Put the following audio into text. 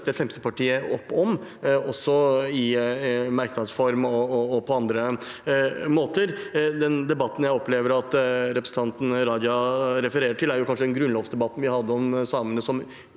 Fremskrittspartiet opp om, i merknads form og på andre måter. Den debatten jeg opplever at representanten Raja kanskje refererer til, er grunnlovsdebatten vi hadde om samene som